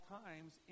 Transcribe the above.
times